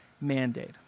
mandate